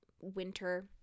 winter